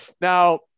Now